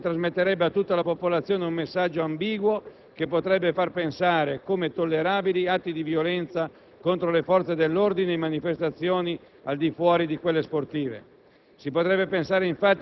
con tale norma, infatti, si trasmetterebbe a tutta la popolazione un messaggio ambiguo che potrebbe far considerare tollerabili atti di violenza contro le forze dell'ordine in manifestazioni al di fuori di quelle sportive.